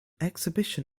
exhibition